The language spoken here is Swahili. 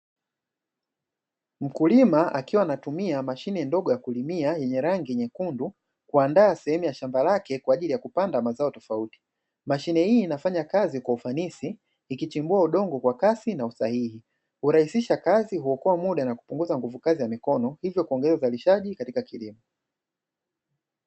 Mkulima akiwa anatumia mashine ndogo ya kulimia yenye rangi nyekundu, kuandaa sehemu ya shamba lake kwa ajili ya kupanda mazao tofauti, mashine hii inafanya kazi kwa ufanisi ikichimbua udongo kwa kasi na usahihi, hurahisisha kazi, huokoa muda na hupunguza nguvukazi ya mikono, hivyo kuongeza uzalishaji katika kilimo.